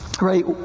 Right